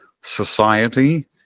society